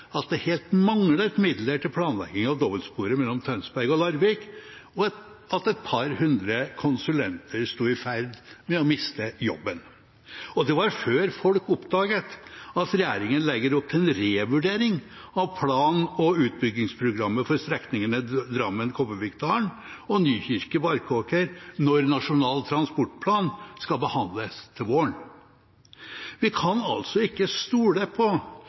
at det helt manglet midler til planlegging av dobbeltsporet mellom Tønsberg og Larvik, og at et par hundre konsulenter sto i fare for å miste jobben. Og det var før folk oppdaget at regjeringen legger opp til en revurdering av plan- og utbyggingsprogrammet for strekningene Drammen–Kobbervikdalen og Nykirke–Barkåker når Nasjonal transportplan skal behandles til våren. Vi kan altså ikke stole på